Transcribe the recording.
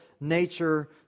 nature